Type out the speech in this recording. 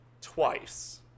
twice